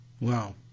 Wow